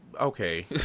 Okay